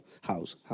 house